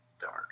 dark